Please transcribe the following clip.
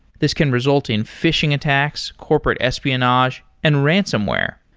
this can result in phishing attacks, corporate espionage and ransomware.